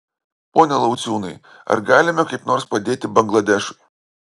pone lauciūnai ar galime kaip nors padėti bangladešui